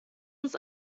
uns